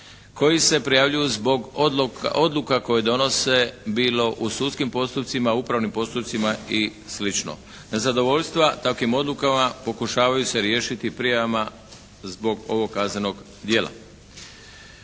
koji se prijavljuju zbog odluka koje donose bilo u sudskom postupcima, upravnim postupcima ili slično. Nezadovoljstva takvim odlukama pokušavaju se riješiti prijavama zbog ovog kaznenog djela.